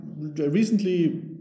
Recently